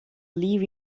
leave